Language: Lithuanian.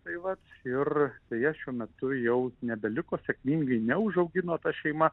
tai vat ir deja šiuo metu jau nebeliko sėkmingai neužaugino ta šeima